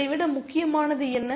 இதைவிட முக்கியமானது என்ன